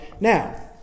now